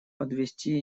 подвести